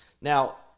Now